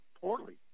poorly